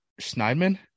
Schneidman